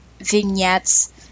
vignettes